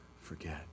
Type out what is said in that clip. forget